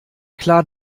klar